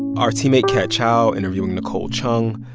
our teammate kat chow interviewing nicole chung,